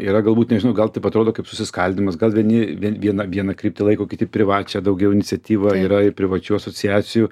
yra galbūt nežinau gal taip atrodo kaip susiskaldymas gal vieni vien vieną vieną kryptį laiko kiti privačią daugiau iniciatyvą yra privačių asociacijų